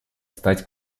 стать